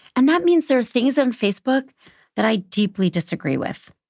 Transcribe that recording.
and that means there are things on facebook that i deeply disagree with.